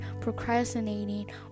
procrastinating